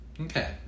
Okay